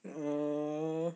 err